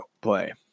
play